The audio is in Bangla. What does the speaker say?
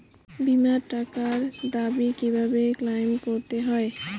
বিমার টাকার দাবি কিভাবে ক্লেইম করতে হয়?